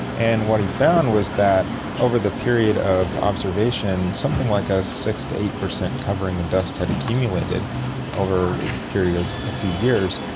and what he found was that over the period of observation, something like a six percent to eight percent covering of dust had accumulated over a period of a few years,